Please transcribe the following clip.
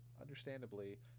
understandably